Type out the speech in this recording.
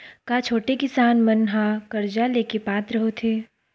का छोटे किसान मन हा कर्जा ले के पात्र होथे?